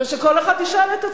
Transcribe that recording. ושכל אחד ישאל את עצמו,